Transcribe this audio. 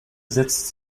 setzt